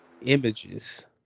images